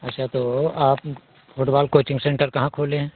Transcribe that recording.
अच्छा तो आप फ़ुटबाल कोचिंग सेन्टर कहाँ खोले हैं